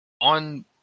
on